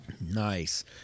Nice